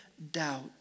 doubt